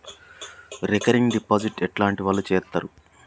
Recurring deposit ఎట్లాంటి వాళ్లు చేత్తరు?